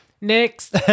Next